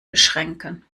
beschränken